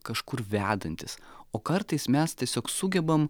kažkur vedantis o kartais mes tiesiog sugebam